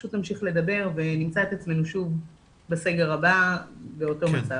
פשוט נמשיך לדבר ונמצא את עצמנו שוב בסגר הבא באותו מצב.